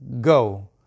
Go